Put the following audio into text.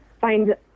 find